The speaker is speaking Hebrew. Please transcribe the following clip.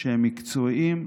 שהם מקצועיים,